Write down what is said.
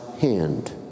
hand